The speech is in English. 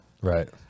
Right